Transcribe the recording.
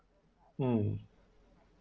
um